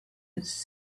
its